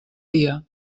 dia